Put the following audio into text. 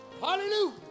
Hallelujah